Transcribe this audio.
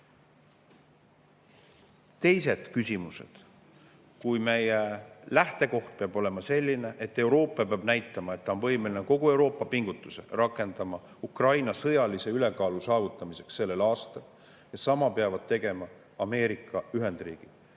Teised küsimused. Meie lähtekoht peab olema selline: Euroopa peab näitama, et ta on võimeline kogu Euroopa pingutust rakendama Ukraina sõjalise ülekaalu saavutamiseks sellel aastal, ja sama peavad tegema Ameerika Ühendriigid.